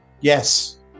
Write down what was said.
yes